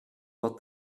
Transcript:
what